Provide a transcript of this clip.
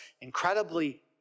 incredibly